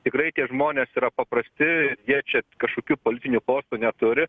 tikrai tie žmonės yra paprasti jie čia kažkokių politinių postų neturi